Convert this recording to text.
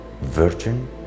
virgin